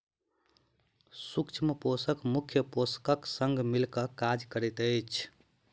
सूक्ष्म पोषक मुख्य पोषकक संग मिल क काज करैत छै